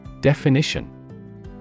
Definition